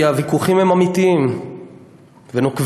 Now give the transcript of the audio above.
כי הוויכוחים הם אמיתיים ונוקבים,